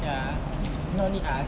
ya not only us